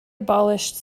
abolished